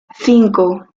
cinco